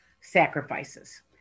sacrifices